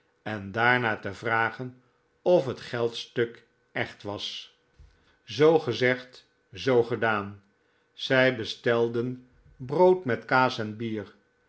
en daarna te vragen of het geldstuk echt was zoo gezegd zoo gedaan zij bestelden brood met kaas en bier